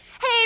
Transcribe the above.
Hey